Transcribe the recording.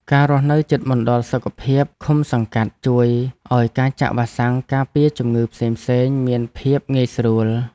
ការរស់នៅជិតមណ្ឌលសុខភាពឃុំសង្កាត់ជួយឱ្យការចាក់វ៉ាក់សាំងការពារជំងឺផ្សេងៗមានភាពងាយស្រួល។